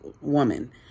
woman